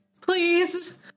Please